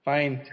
Fine